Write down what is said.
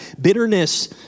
bitterness